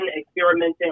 experimenting